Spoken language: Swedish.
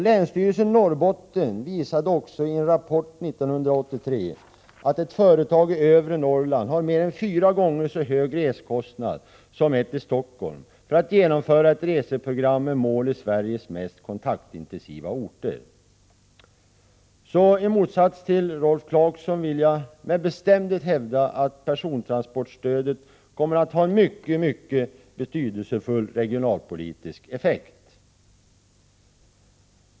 Länsstyrelsen i Norrbotten visade också i en rapport 1983 att ett företag i övre Norrland har mer än fyra gånger så hög resekostnad som ett i Stockholm för att genomföra ett reseprogram med mål i Sveriges mest kontaktintensiva orter. I motsats till Rolf Clarkson vill jag därför med bestämdhet hävda att persontransportstödet kommer att ha en mycket betydelsefull regionalpolitisk effekt.